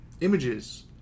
images